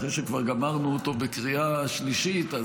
אחרי שכבר גמרנו אותו בקריאה שלישית.